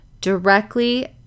directly